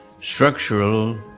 structural